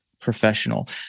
professional